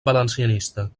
valencianista